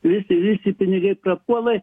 visi visi pinigai prapuola